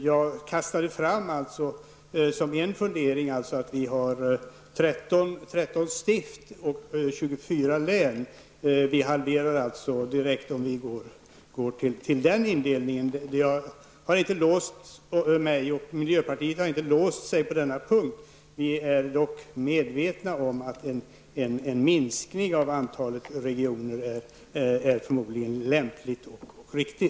Jag kastade fram också en fundering att vi har 13 stift och 24 län. Vi halverar direkt, om vi följer den indelningen. Men jag har inte låst mig och miljöpartiet har inte låst sig på denna punkt. Vi är dock medvetna om att en minskning av antalet regioner förmodligen är lämplig och riktig.